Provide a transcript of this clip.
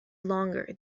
longer